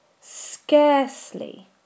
scarcely